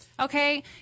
Okay